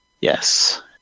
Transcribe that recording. Yes